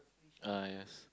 ah yes